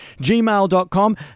gmail.com